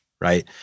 right